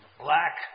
black